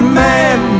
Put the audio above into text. man